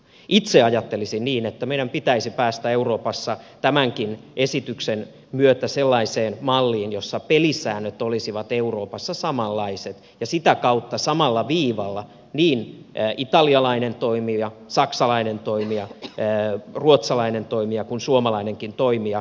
itse ajattelisin niin että meidän pitäisi päästä euroopassa tämänkin esityksen myötä sellaiseen malliin jossa pelisäännöt olisivat euroopassa samanlaiset ja sitä kautta samalla viivalla olisi niin italialainen toimija saksalainen toimija ruotsalainen toimija kuin suomalainenkin toimija